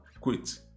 quit